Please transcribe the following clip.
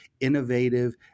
innovative